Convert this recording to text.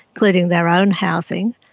including their own housing,